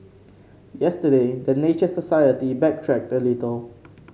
yesterday the Nature Society backtracked a little